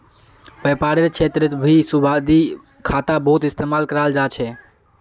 व्यापारेर क्षेत्रतभी सावधि खाता बहुत इस्तेमाल कराल जा छे